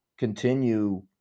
continue